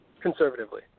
Conservatively